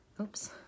oops